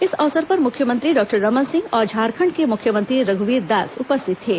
इस अवसर पर मुख्यमंत्री डॉक्टर रमन सिंह और झारखंड के मुख्यमंत्री रघुवीर दास उपस्थित थे